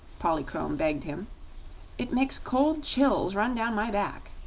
polychrome begged him it makes cold chills run down my back.